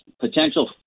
potential